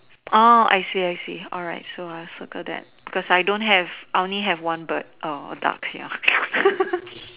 orh I see I see alright so I'll circle that because I don't have I only have one bird err a duck here